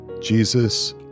Jesus